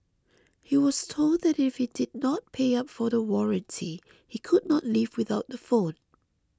he was told that if he did not pay up for the warranty he could not leave without the phone